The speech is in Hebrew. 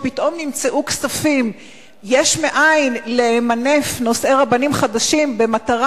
שפתאום נמצאו כספים יש מאין למנף נושא רבנים חדשים במטרה